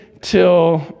till